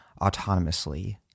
autonomously